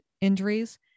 injuries